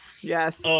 Yes